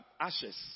ashes